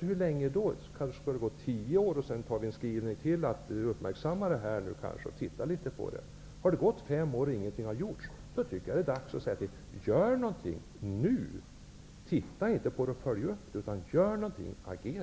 Hur länge skall vi vänta? Skall vi vänta tio år och sedan göra en skrivning till där vi säger att riksdagen uppmärksammat frågan och skall titta litet på den? Har det gått fem år och ingenting har gjorts är det dags att säga: Gör någonting nu! Titta inte på frågan och följ upp den, utan gör någonting, agera!